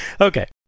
Okay